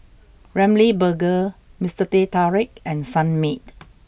Ramly Burger Mister Teh Tarik and Sunmaid